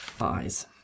eyes